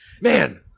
Man